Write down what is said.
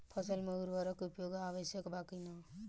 फसल में उर्वरक के उपयोग आवश्यक बा कि न?